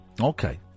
Okay